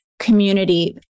community